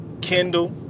Kindle